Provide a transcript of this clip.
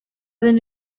den